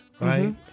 right